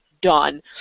done